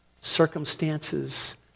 circumstances